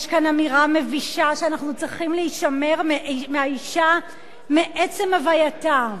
יש כאן אמירה מבישה שאנחנו צריכים להישמר מהאשה מעצם הווייתה.